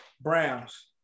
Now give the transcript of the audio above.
Browns